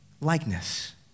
likeness